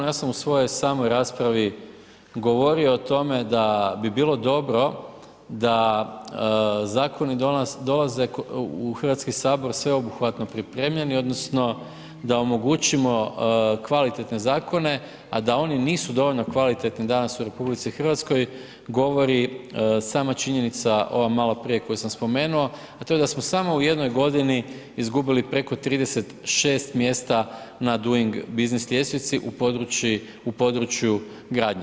Ja sam u svojoj samom raspravi govorio o tome da bi bilo dobro da zakoni dolaze u Hrvatski sabor sveobuhvatno pripremljeni odnosno da omogućimo kvalitetne zakone a da oni nisu dovoljno kvalitetni danas u RH govori sama činjenica ova malo prije koju sam spomenuo a to je da smo samo u jednoj godini izgubili preko 36 mjesta na doing business ljestvici u području gradnje.